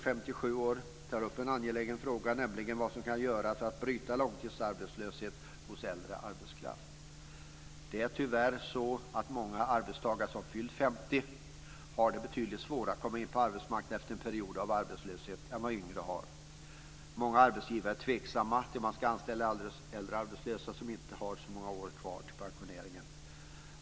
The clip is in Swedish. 57 år tar upp en angelägen fråga, nämligen vad som kan göras för att bryta långtidsarbetslöshet hos äldre arbetskraft. Det är tyvärr så att många arbetstagare som har fyllt 50 år har det betydligt svårare att komma in på arbetsmarknaden efter en period av arbetslöshet än vad yngre har. Många arbetsgivare är tveksamma till om man ska anställa äldre arbetslösa som inte har så många år kvar till pensioneringen.